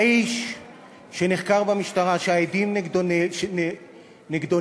האיש שנחקר במשטרה, שהעדים נגדו נעלמו,